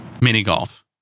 Mini-golf